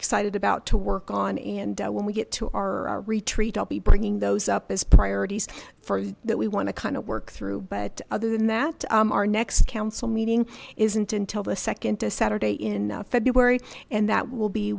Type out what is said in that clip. excited about to work on and when we get to our retreat i'll be bringing those up as priorities for that we want to kind of work through but other than that our next council meeting isn't until the second to saturday in february and that will be